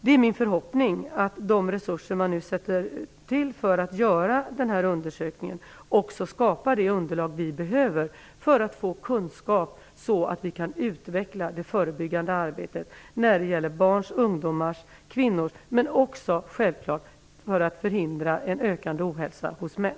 Det är min förhoppning att de resurser man sätter in för att göra denna undersökning också skapar det underlag som behövs för att få kunskap. Med denna kunskap kan vi utveckla det förebyggande arbetet med barns, ungdomars, kvinnors hälsa - men också förhindra en ökande ohälsa hos män.